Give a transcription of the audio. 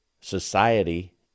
society